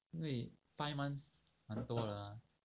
因为 five months 蛮多的 lah